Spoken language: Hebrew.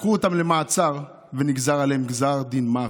לקחו אותם למעצר ונגזר עליהם גזר דין מוות.